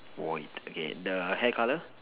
white okay the hair colour